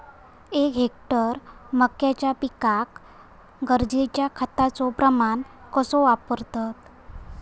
एक हेक्टर मक्याच्या पिकांका गरजेच्या खतांचो प्रमाण कसो वापरतत?